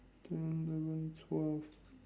ten eleven twelve